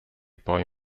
poi